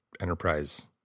enterprise